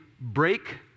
break